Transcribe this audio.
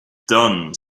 done